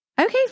Okay